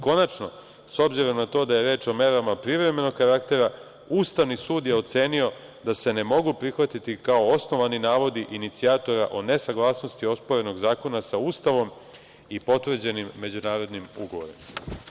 Konačno, s obzirom na to da je reč o merama privremenog karaktera, Ustavni sud je ocenio da se ne mogu prihvatiti kao osnovani navodi inicijatora o nesaglasnosti osporenog zakona sa Ustavom i potvrđenim međunarodnim ugovorima.